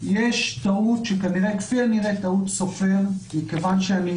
יש טעות שכנראה טעות סופר מכיוון שאני